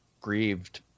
grieved